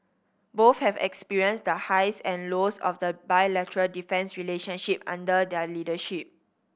both have experienced the highs and lows of the bilateral defence relationship under their leadership